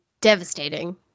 devastating